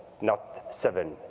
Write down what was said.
not seven.